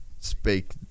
speak